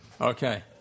Okay